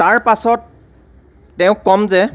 তাৰ পাছত তেওঁক কম যে